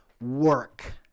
work